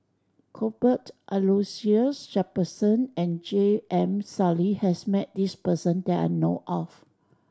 Cuthbert Aloysius Shepherdson and J M Sali has met this person that I know of